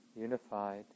unified